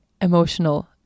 emotional